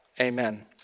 Amen